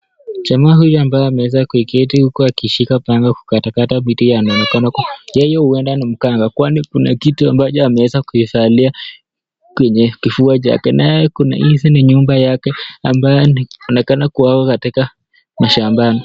Jamaa huyu ambaye ameweza kuiketi huku akishika panga kukatakata vitu ya mwonekano. Yeye huenda ni mganga, kwani kuna kitu ambacho ameweza kuivalia kwenye kifua chake, naye kuna hizi ni nyumba yake ambaye anaonekana kuwa katika mashambani.